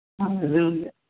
Hallelujah